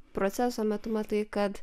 proceso metu matai kad